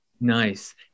Nice